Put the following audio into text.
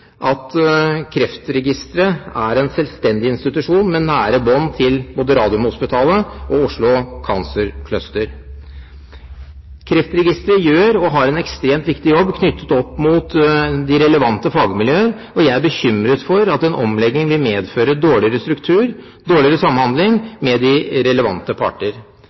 at Kreftregisteret er en selvstendig institusjon, med nære bånd til både Radiumhospitalet og Oslo Cancer Cluster. Kreftregisteret gjør – og har – en ekstremt viktig jobb knyttet opp mot de relevante fagmiljøer, og jeg er bekymret for at en omlegging vil medføre dårligere struktur og dårligere samhandling med de relevante parter.